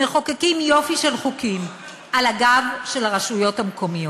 ומחוקקים יופי של חוקים של הגב של הרשויות המקומיות.